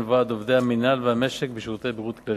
ועד עובדי המינהל והמשק ב"שירותי בריאות כללית".